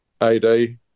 AD